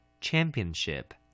championship